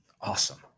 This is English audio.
Awesome